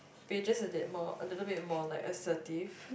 be just a bit more a little bit more like assertive